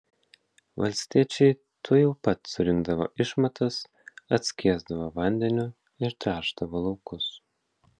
valstiečiai tuojau pat surinkdavo išmatas atskiesdavo vandeniu ir tręšdavo laukus